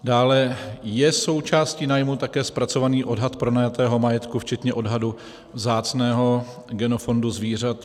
Dále, je součástí nájmu také zpracovaný odhad pronajatého majetku, včetně odhadu vzácného genofondu zvířat?